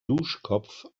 duschkopf